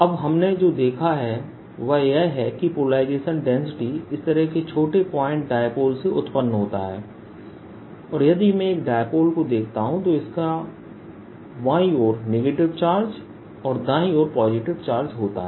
अब हमने जो देखा है वह यह है कि पोलराइजेशन डेंसिटी इस तरह के छोटे पॉइंट डायपोल से उत्पन्न होता है और यदि मैं एक डायपोल को देखता हूं तो इसका बाईं ओर नेगेटिव चार्ज और दाईं ओर पॉजिटिव चार्ज होता है